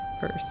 first